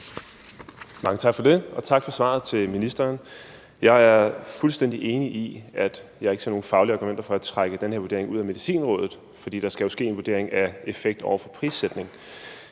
Mange tak for det, og tak til ministeren for svaret. Jeg er fuldstændig enig, og jeg ser ikke nogen faglige argumenter for at trække den her vurdering ud af Medicinrådet, for der skal jo ske en vurdering af effekt over for prissætning.